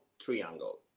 triangle